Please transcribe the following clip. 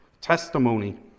testimony